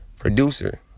producer